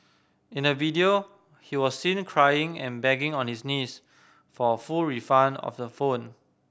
in a video he was seen crying and begging on his knees for a full refund of the phone